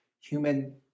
human